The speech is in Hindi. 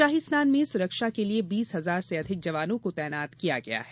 शाही स्नान में सुरक्षा के लिए बीस हजार से अधिक जवानों को तैनात किया गया है